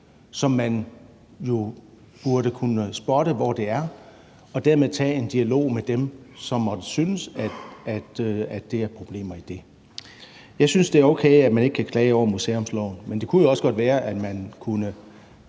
som man jo burde kunne spotte hvor er, og dermed kunne man tage en dialog med dem, som måtte synes, at der er problemer i det. Jeg synes, det er okay, at man ikke kan klage over museumsloven, men det kunne jo også godt være, at man